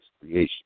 creation